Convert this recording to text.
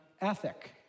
ethic